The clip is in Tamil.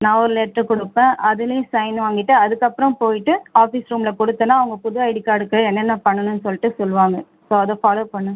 நான் ஒரு லெட்டர் கொடுப்பேன் அதிலியும் சைன் வாங்கிட்டு அதுக்கப்றம் போய்ட்டு ஆஃபீஸ் ரூமில் கொடுத்தனா அவங்க புது ஐடி கார்டுக்கு என்னென்ன பண்ணணும் சொல்லிட்டு சொல்லுவாங்க ஸோ அதை ஃபாலோ பண்ணு